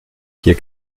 hier